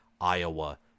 Iowa